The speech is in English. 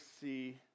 see